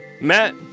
Matt